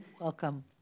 Welcome